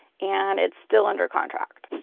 and it's still under contract.